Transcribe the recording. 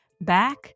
back